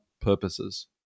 purposes